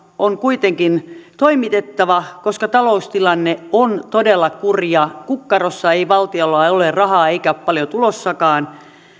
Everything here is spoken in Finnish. on kuitenkin toimitettava koska taloustilanne on todella kurja kukkarossa ei ole valtiolla rahaa eikä ole paljon tulossakaan